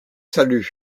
salut